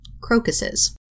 crocuses